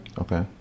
okay